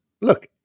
look